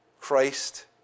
Christ